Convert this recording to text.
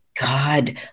God